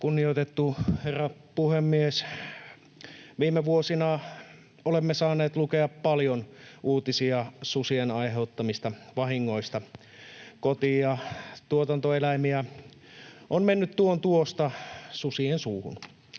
Kunnioitettu herra puhemies! Viime vuosina olemme saaneet lukea paljon uutisia susien aiheuttamista vahingoista. Koti- ja tuotantoeläimiä on mennyt tuon tuosta susien suuhun.